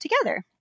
together